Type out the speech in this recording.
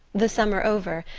the summer over,